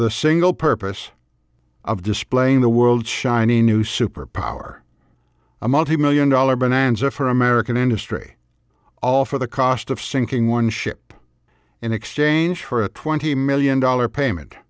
the single purpose of displaying the world's shiny new superpower a multi million dollar bonanza for american industry all for the cost of sinking one ship in exchange for a twenty million dollars payment